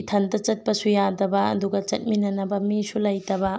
ꯏꯊꯟꯇ ꯆꯠꯄꯁꯨ ꯌꯥꯗꯕ ꯑꯗꯨꯒ ꯆꯠꯃꯤꯟꯅꯅꯕ ꯃꯤꯁꯨ ꯂꯩꯇꯕ